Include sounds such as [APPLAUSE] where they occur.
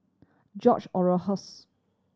George [UNINTELLIGIBLE]